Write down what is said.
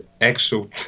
actual